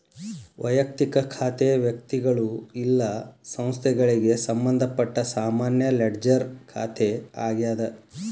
ವಯಕ್ತಿಕ ಖಾತೆ ವ್ಯಕ್ತಿಗಳು ಇಲ್ಲಾ ಸಂಸ್ಥೆಗಳಿಗೆ ಸಂಬಂಧಪಟ್ಟ ಸಾಮಾನ್ಯ ಲೆಡ್ಜರ್ ಖಾತೆ ಆಗ್ಯಾದ